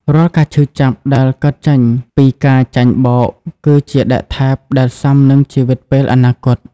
រាល់ការឈឺចាប់ដែលកើតចេញពីការចាញ់បោក គឺជាដែកថែបដែលស៊ាំនឹងជីវិតនាពេលអនាគត។